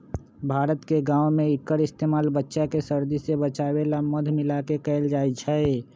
भारत के गाँव में एक्कर इस्तेमाल बच्चा के सर्दी से बचावे ला मध मिलाके कएल जाई छई